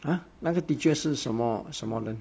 !huh! 那个 teacher 是什么什么人